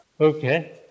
Okay